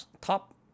top